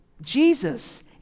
Jesus